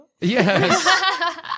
yes